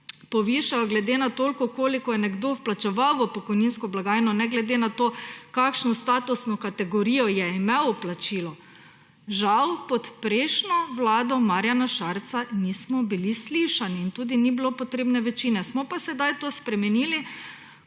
povišajo glede na toliko, kolikor je nekdo vplačeval v pokojninsko blagajno, ne glede na to, kakšno statusno kategorijo je imel v plačilu, žal pod prejšnjo vlado Marjana Šarca nismo bili slišani in tudi ni bilo potrebne večine. Smo pa sedaj to spremenili,